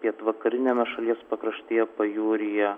pietvakariniame šalies pakraštyje pajūryje